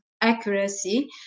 accuracy